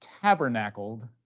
tabernacled